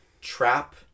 trap